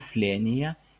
slėnyje